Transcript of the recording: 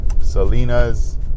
Salinas